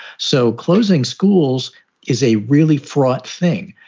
so closing schools is a really fraught thing.